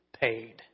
paid